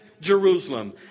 Jerusalem